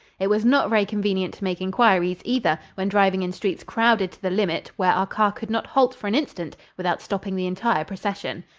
it was not very convenient to make inquiries, either, when driving in streets crowded to the limit where our car could not halt for an instant without stopping the entire procession.